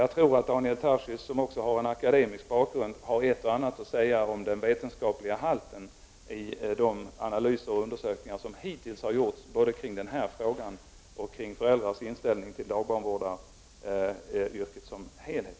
Jag tror att Daniel Tarschys, som har en akademisk bakgrund, har ett och annat att säga om den vetenskapliga halten i de analyser och undersökningar som hittills har gjorts både kring den här frågan och kring föräldrars inställning till dagbarnvårdaryrket som helhet.